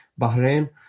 Bahrain